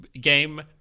game